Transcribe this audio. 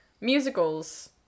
musicals